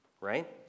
right